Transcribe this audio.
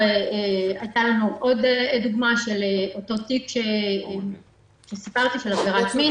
הייתה לנו עוד דוגמה של אותו תיק של עבירת מין.